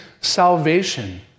salvation